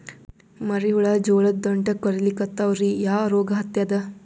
ಮರಿ ಹುಳ ಜೋಳದ ದಂಟ ಕೊರಿಲಿಕತ್ತಾವ ರೀ ಯಾ ರೋಗ ಹತ್ಯಾದ?